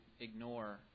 ignore